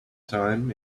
time